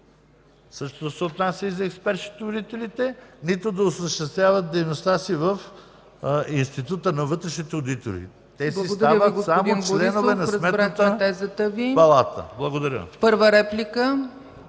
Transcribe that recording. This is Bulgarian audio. същото се отнася и за експерт-счетоводителите, нито да осъществяват дейността си в Института на вътрешните одитори. Те си стават само членове на Сметната палата. Благодаря.